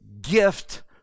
gift